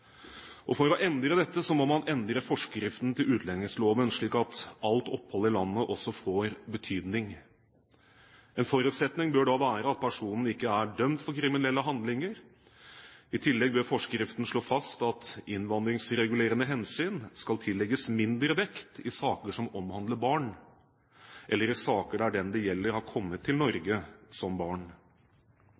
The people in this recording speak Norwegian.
vurdert. For å endre dette må man endre forskriften til utlendingsloven, slik at alt opphold i landet også får betydning. En forutsetning bør da være at personen ikke er dømt for kriminelle handlinger. I tillegg bør forskriften slå fast at innvandringsregulerende hensyn skal tillegges mindre vekt i saker som omhandler barn, eller i saker der den det gjelder, har kommet til Norge som barn.